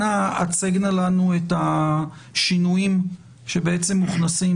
אנא הצגנה לנו את השינויים שמוכנסים